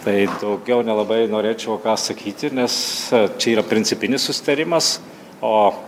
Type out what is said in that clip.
tai daugiau nelabai norėčiau ką sakyti nes čia yra principinis susitarimas o